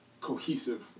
cohesive